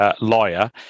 lawyer